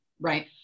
right